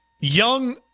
young